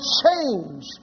change